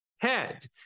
Head